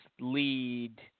lead